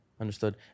Understood